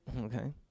Okay